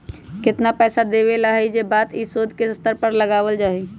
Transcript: कितना पैसा देवे ला हई ई बात के शोद के स्तर से पता लगावल जा हई